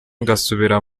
ngasubira